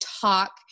talk